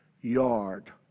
yard